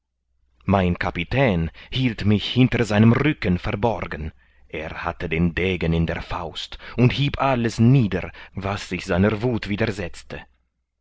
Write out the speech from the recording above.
mein kapitän hielt mich hinter seinem rücken verborgen er hatte den degen in der faust und hieb alles nieder was sich seiner wuth widersetzte